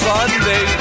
Sunday